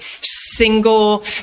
single